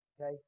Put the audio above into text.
Okay